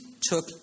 took